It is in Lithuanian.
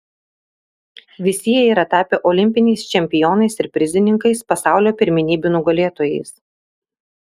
visi jie yra tapę olimpiniais čempionais ir prizininkais pasaulio pirmenybių nugalėtojais